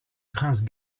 prince